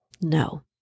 no